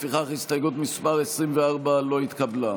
לפיכך, הסתייגות מס' 24 לא התקבלה.